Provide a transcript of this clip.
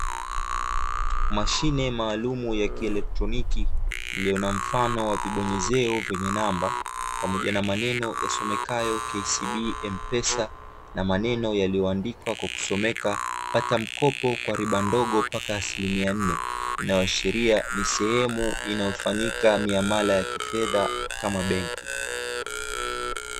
Mashine maalumu ya kieletronoki iliyo namfano wa vibonyezeo vyenye namba pamoja na maneno yasomekayo "KSB M-PESA" na maneno yaliyoandikwa kwa kusomeka "pata mkopo kwa riba ndogo mpaka asilimia nne", ikiashiria ni sehemu inayofanyika miamala ya kifedha kama benki.